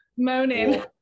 Moaning